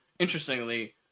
Interestingly